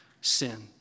Sin